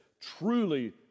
truly